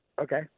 Okay